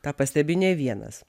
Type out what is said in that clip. tą pastebi ne vienas